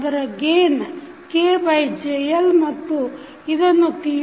ಅದರ gain KJL ಮತ್ತು ಇದನ್ನು L